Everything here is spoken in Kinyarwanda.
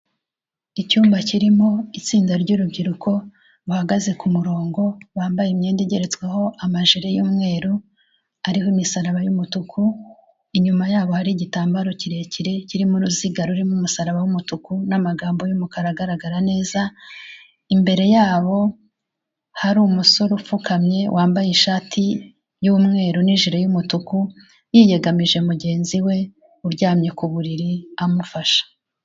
Icyumba kirimo itsinda ry'urubyiruko bahagaze ku murongo bambaye imyenda igeretsweho amajire y'umweru ariho imisaraba y'umutuku, inyuma yabo hari igitambaro kirekire kirimo uruziga rurimo umusaraba w'umutuku n'amagambo y'umukara agaragara neza, imbere yabo hari umusore upfukamye wambaye ishati y'umweru n'ijire y'umutuku yiyegamije mugenzi we uryamye ku buriri amufasha.